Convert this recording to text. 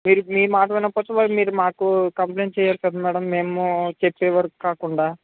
మీరు మీ మీ మాట వినకపోతే మరి మీరు మాకు కంప్లైంట్ చేయాలి కదా మ్యాడం మేము చెప్పేవరకు కాకుండా